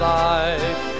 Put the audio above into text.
life